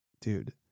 Dude